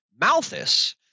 Malthus